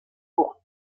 pour